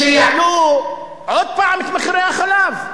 כשיעלו עוד פעם את מחירי החלב?